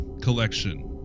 collection